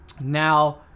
now